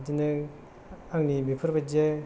बिदिनो आंनि बेफोरबायदि